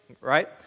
Right